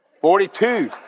Forty-two